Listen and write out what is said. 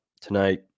tonight